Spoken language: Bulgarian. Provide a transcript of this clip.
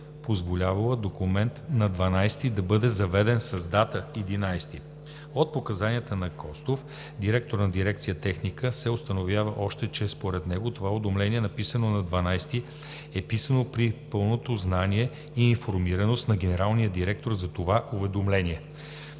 позволявала документ на 12-и да бъде заведен с дата 11-и. От показанията на господин Костов – директор на дирекция „Техника“, се установява още, че според него това уведомление е писано на 12 и и е писано при пълното знание и информираност на генералния директор. На дата 13-и